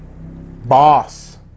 boss